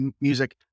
music